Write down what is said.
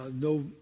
No